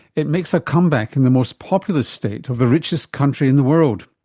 it makes a comeback in the most populous state of the richest country in the world.